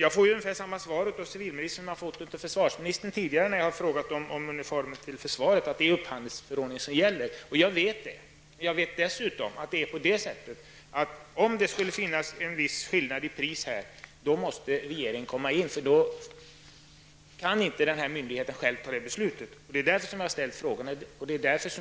Jag får ungefär samma svar av civilministern som jag fått från försvarsministern när jag tidigare frågat om uniformer till försvaret, att det är upphandlingsförordningen som gäller. Jag vet det, och jag vet dessutom att om det finns en skillnad i pris, måste regeringen gå in. Då kan myndigheten inte själv ta beslutet. Det är därför som jag har ställt frågan, och